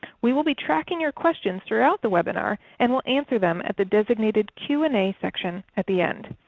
we will be tracking your questions throughout the webinar and will answer them at the designated q and a section at the end.